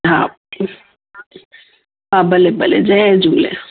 हा ठीकु हा भले भले जय झूले